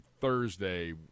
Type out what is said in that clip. Thursday